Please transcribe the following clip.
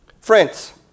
Friends